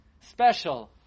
special